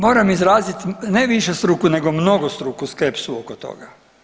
Moram izrazit ne višestruku nego mnogostruku skepsu oko toga.